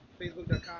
facebook.com